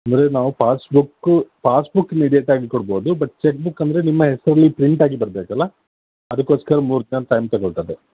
ಅಂದರೆ ನಾವು passbook passbook ಇಲ್ಲಿ ಇದೇ ಟೈಮಿಗೆ ಕೊಡಬಹುದು ಬಟ್ ಚೆಕ್ಬುಕ್ ಅಂದರೆ ನಿಮ್ಮ ಹೆಸರಲ್ಲಿ ಪ್ರಿಂಟಾಗಿ ಬರಬೇಕಲ್ಲ ಅದಕ್ಕೋಸ್ಕರ ಮೂರು ದಿನ ಟೈಮ್ ತಗೊಳ್ತದೆ